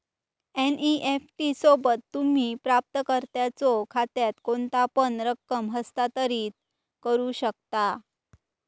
NEFT सोबत, तुम्ही प्राप्तकर्त्याच्यो खात्यात कोणतापण रक्कम हस्तांतरित करू शकता